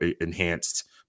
enhanced